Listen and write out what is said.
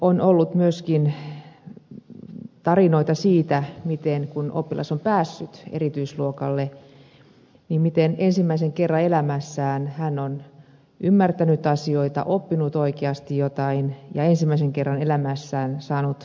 on ollut myöskin tarinoita siitä kun oppilas on päässyt erityisluokalle miten ensimmäisen kerran elämässään hän on ymmärtänyt asioita oppinut oikeasti jotain ja ensimmäisen kerran elämässään saanut kavereita